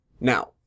Now